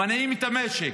מניעים את המשק.